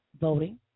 voting